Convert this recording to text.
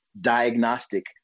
diagnostic